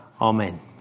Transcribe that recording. Amen